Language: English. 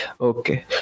Okay